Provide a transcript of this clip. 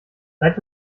seit